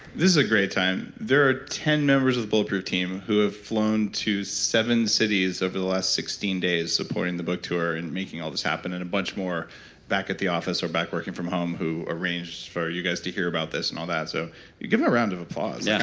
this is a great time, there are ten members of the bulletproof team who have flown to seven cities over the last sixteen days supporting the book tour and making all this happen and a bunch more back at the office or back working from home who arranged for you guys to hear about this and all that so give em a round of applause. yeah